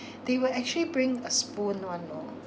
they will actually bring a spoon [one] know